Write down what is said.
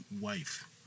wife